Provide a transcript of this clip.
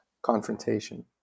confrontation